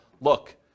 look